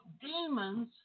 demons